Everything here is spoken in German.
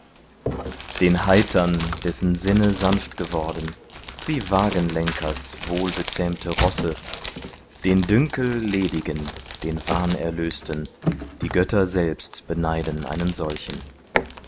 den heitern dessen sinne sanft geworden wie wagenlenkers wohlbezähmte rosse den dünkelledigen den wahnerlösten die götter selbst beneiden einen solchen